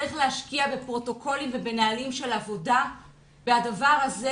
צריך להשקיע בפרוטוקולים ובנהלים של עבודה והדבר הזה